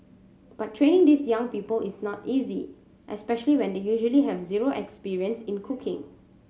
but training these young people is not easy especially when they usually have zero experience in cooking